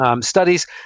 studies